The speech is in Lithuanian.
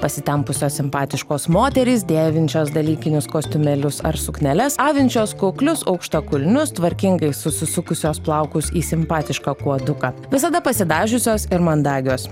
pasitempusios simpatiškos moterys dėvinčios dalykinius kostiumėlius ar sukneles avinčios kuklius aukštakulnius tvarkingai susisukusios plaukus į simpatišką kuoduką visada pasidažiusios ir mandagios